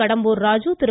Kadambur Raju Thiru